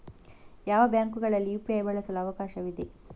ಯಾವ ಬ್ಯಾಂಕುಗಳಲ್ಲಿ ಯು.ಪಿ.ಐ ಬಳಸಲು ಅವಕಾಶವಿದೆ?